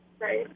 Right